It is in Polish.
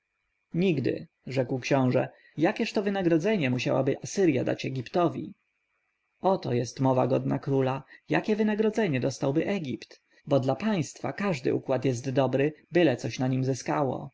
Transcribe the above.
nigdy rzekł książę jakież to wynagrodzenie musiałaby asyrja dać egiptowi oto jest mowa godna króla jakie wynagrodzenie dostałby egipt bo dla państwa każdy układ jest dobry byle coś na nim zyskało